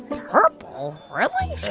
purple? really?